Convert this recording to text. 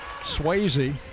Swayze